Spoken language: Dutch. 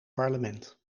parlement